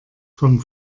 vom